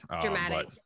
dramatic